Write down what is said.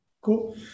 Cool